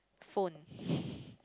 phone